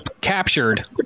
captured